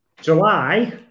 July